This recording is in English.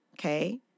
okay